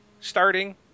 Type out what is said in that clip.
starting